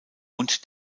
und